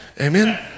Amen